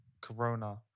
corona